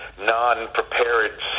Non-prepared